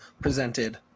presented